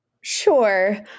Sure